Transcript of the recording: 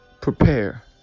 prepare